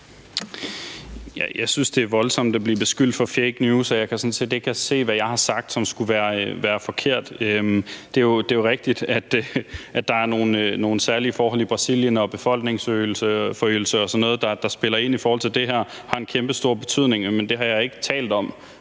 Jeg synes, det er voldsomt at blive beskyldt for fake news, og jeg kan sådan set ikke se, hvad jeg har sagt, som skulle være forkert. Det er jo rigtigt, at der er nogle særlige forhold i Brasilien med befolkningsforøgelse og sådan noget, der spiller ind i forhold til det her. At det har en kæmpestor betydning, har jeg ikke talt om,